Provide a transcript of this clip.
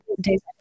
days